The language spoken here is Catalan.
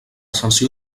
sanció